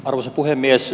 arvoisa puhemies